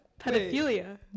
pedophilia